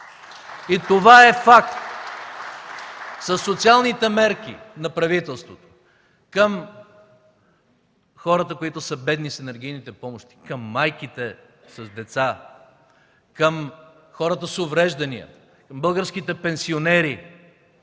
И това е факт. Със социалните мерки на правителството към хората, които са бедни, с енергийните помощи, към майките с деца, към хората с увреждания, към българските пенсионери,